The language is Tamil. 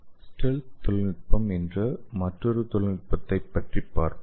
ஸ்டெல்த் தொழில்நுட்பம் என்ற மற்றொரு தொழில்நுட்பத்தைப் பற்றி பார்ப்போம்